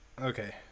Okay